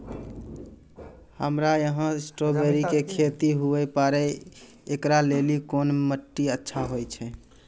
हमरा यहाँ स्ट्राबेरी के खेती हुए पारे, इकरा लेली कोन माटी अच्छा होय छै?